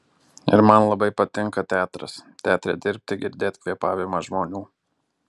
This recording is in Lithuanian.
ir labai man patinka teatras teatre dirbti girdėt kvėpavimą žmonių